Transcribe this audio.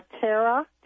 Tara